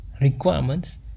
requirements